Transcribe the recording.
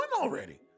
already